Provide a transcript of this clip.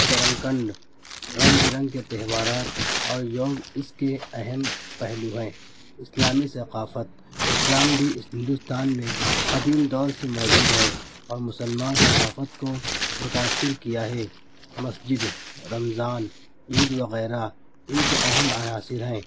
کرم کانڈ رنگ برنگ کے تہوارات اور یوم اس کے اہم پہلو ہیں اسلامی ثقافت اسلام بھی ہندوستان میں قدیم دور سے موجود ہے اور مسلمان ثقافت کو متأثر کیا ہے مسجد رمضان عید وغیرہ ان کے اہم عناصر ہیں